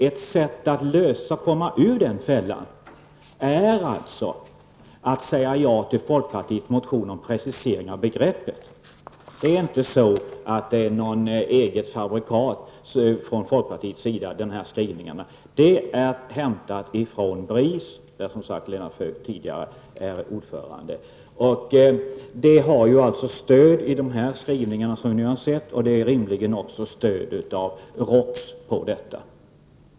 Ett sätt att komma ur den fällan är alltså att säga ja till folkpartiets motion om precisering av begreppet. De här skrivningarna är inte något eget fabrikat från folkpartiets sida. Detta är hämtat från BRIS, där som sagt Lena Feuk tidigare varit ordförande. Det har alltså stöd i de skrivningar som vi nu har sett, och det har rimligen också stöd av ROKS.